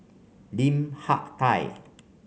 Lim Hak Tai